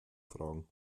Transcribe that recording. fragen